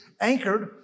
Anchored